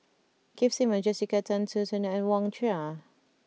Keith Simmons Jessica Tan Soon Neo and Wang Sha